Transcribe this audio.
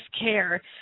care